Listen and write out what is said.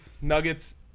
Nuggets